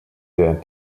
der